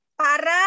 para